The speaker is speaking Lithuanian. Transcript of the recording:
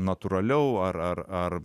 natūraliau ar ar ar